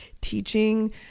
teaching